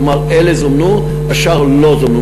כלומר אלה זומנו, השאר לא זומנו.